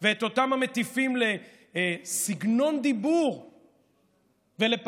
ואת אותם המטיפים לסגנון דיבור ולפרלמנטריזם: